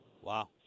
Wow